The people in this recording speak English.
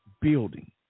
building